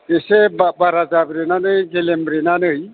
इसे बा बारा जाब्रेनानै गेलेम ब्रेनानै